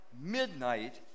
midnight